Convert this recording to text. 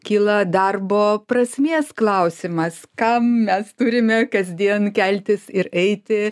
kyla darbo prasmės klausimas kam mes turime kasdien keltis ir eiti